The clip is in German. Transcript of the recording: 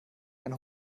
eine